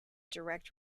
direct